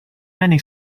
many